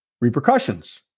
repercussions